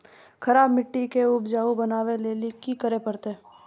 खराब मिट्टी के उपजाऊ बनावे लेली की करे परतै?